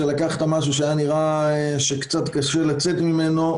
לקחת משהו שנראה היה שבכלל קשה לצאת ממנו,